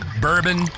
bourbon